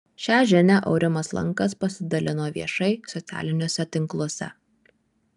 šią žinią aurimas lankas pasidalino viešai socialiniuose tinkluose